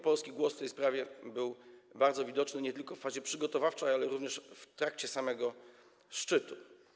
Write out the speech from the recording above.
Polski głos w tej sprawie był bardzo słyszalny, nie tylko w fazie przygotowawczej, ale również w trakcie samego szczytu.